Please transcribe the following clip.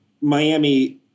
Miami